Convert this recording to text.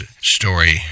story